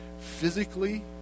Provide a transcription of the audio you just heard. physically